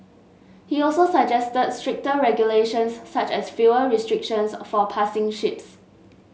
he also suggested stricter regulations such as fuel restrictions for passing ships